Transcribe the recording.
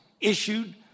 issued